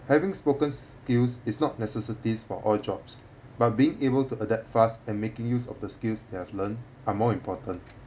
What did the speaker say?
having spoken skills is not necessities for all jobs but being able to adapt fast and making use of the skills they have learnt are more important